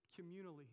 communally